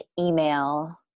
email